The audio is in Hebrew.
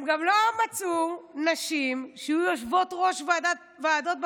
הם גם לא מצאו נשים שיהיו יושבות-ראש ועדות בכנסת.